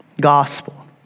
gospel